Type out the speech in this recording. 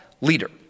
leader